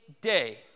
day